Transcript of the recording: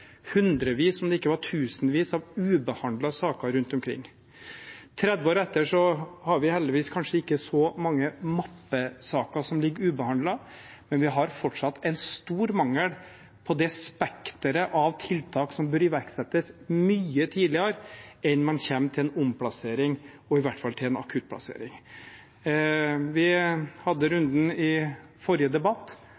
hundrevis, om ikke tusenvis, av ubehandlede saker rundt omkring. 30 år etter har vi heldigvis kanskje ikke så mange ubehandlede mappesaker, men vi har fortsatt en stor mangel innen det spekteret av tiltak som bør iverksettes mye tidligere enn når man kommer til en omplassering og i hvert fall en akuttplassering. Vi hadde